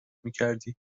میکردی